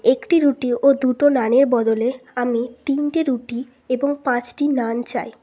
একটি রুটি ও দুটো নানের বদলে আমি তিনটে রুটি এবং পাঁচটি নান চাই